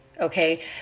Okay